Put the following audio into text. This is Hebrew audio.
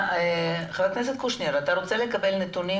החוק נכנס לתוקף